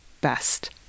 best